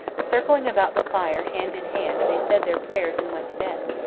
circling about the fire hand-in-hand they said their prayers and went to bed.